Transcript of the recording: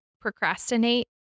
procrastinate